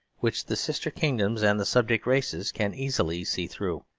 which the sister kingdoms and the subject races can easily see through.